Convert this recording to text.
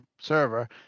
server